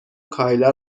کایلا